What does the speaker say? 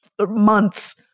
months